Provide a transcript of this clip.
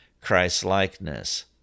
Christ-likeness